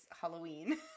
halloween